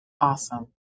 Awesome